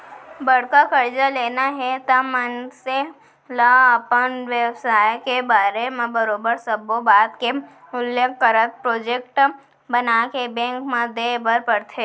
बड़का करजा लेना हे त मनसे ल अपन बेवसाय के बारे म बरोबर सब्बो बात के उल्लेख करत प्रोजेक्ट बनाके बेंक म देय बर परथे